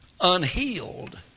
unhealed